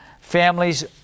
families